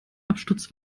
absturz